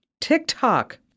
TikTok